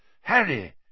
Harry